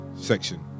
section